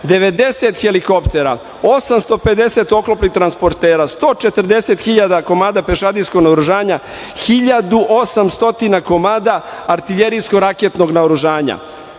90 helikoptera, 850 oklopnih transportera, 140.000 komada pešadijskog naoružanja, 1.800 komada artiljerijskog raketnog naoružanja.